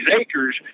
acres